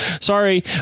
Sorry